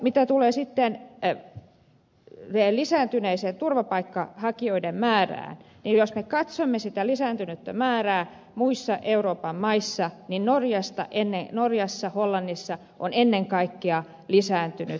mitä tulee lisääntyneeseen turvapaikanhakijoiden määrään niin jos me katsomme sitä lisääntynyttä määrää muissa euroopan maissa niin norjassa ja hollannissa määrä on ennen kaikkea lisääntynyt